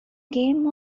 game